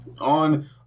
on